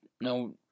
No